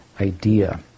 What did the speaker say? idea